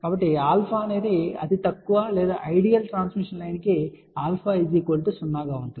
కాబట్టి α అతి తక్కువ లేదా ఐడియల్ ట్రాన్స్మిషన్ లైన్ కి α 0 అవుతుంది